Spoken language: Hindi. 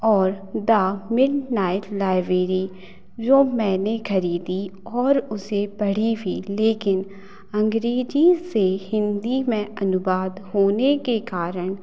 और दा मिडनाइट लाइवेरी जो मैंने ख़रीदी और उसे पढ़ी भी लेकिन अंग्रेज़ी से हिंदी में अनुवाद होने के कारण